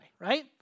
right